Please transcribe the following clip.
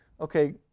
Okay